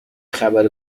خبر